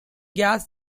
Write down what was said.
gas